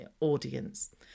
audience